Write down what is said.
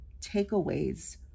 takeaways